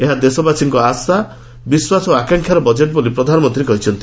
ଏହା ଦେଶବାସୀଙ୍କ ଆଶା ବିଶ୍ୱାସ ଓ ଆକାଂଷାର ବଜେଟ୍ ବୋଲି ପ୍ରଧାନମନ୍ତୀ କହିଛନ୍ତି